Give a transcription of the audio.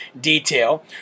detail